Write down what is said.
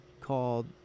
called